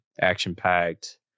action-packed